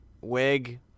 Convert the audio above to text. wig